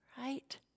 Right